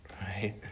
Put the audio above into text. right